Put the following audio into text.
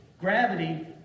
Gravity